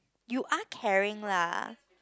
you are caring lah